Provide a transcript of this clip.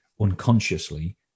unconsciously